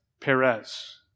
Perez